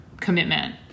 commitment